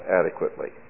adequately